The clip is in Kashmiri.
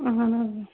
اہن حٲز